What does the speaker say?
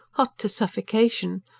hot to suffocation,